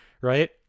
right